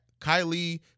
kylie